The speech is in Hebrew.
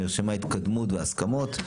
נרשמה התקדמות והסכמות.